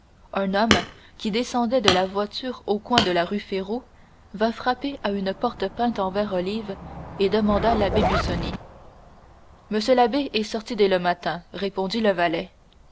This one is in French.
un homme qui descendait de voiture au coin de la rue férou vint frapper à une porte peinte en vert olive et demanda l'abbé busoni m l'abbé est sorti dès le matin répondit le valet